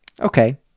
Okay